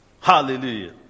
Hallelujah